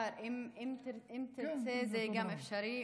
אם תרצה, גם זה אפשרי.